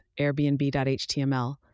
airbnb.html